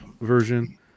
version